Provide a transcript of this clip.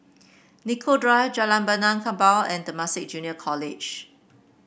Nicoll Drive Jalan Benaan Kapal and Temasek Junior College